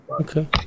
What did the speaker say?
Okay